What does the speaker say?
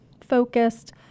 focused